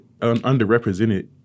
underrepresented